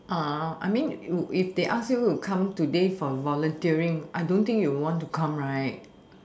uh I mean if if they ask you to come today for volunteering I don't think you would want to come right